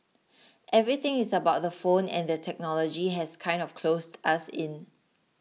everything is about the phone and the technology has kind of closed us in